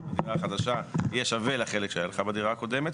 בדירה החדשה יהיה שווה לחלק שהיה בדירה הקודמת,